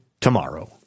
tomorrow